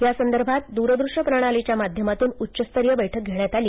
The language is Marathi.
यासंदर्भात दुरदृष्य प्रणालीच्या माध्यामातून उच्चस्तरीय बैठक घेण्यात आली